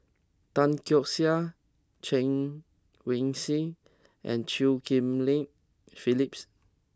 Tan Keong Saik Chen Wen Hsi and Chew Ghim Lian Philips